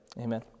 amen